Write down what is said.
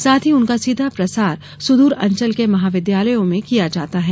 साथ ही उनका सीधा प्रसार सुद्र अंचल के महाविद्यालयों में किया जाता है